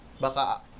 baka